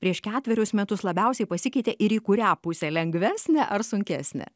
prieš ketverius metus labiausiai pasikeitė ir į kurią pusę lengvesnę ar sunkesnę